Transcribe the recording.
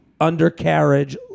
undercarriage